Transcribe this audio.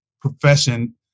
profession